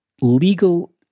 legal